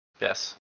Yes